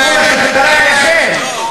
שיעור בכלכלה לפרופסור יונה?